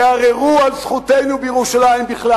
יערערו על זכותנו על ירושלים בכלל.